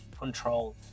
control